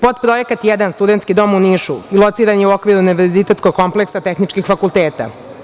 Potprojekat jedan studentski dom u Nišu lociran je u okviru univerzitetskog kompleksa tehničkih fakulteta.